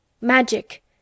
Magic